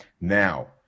Now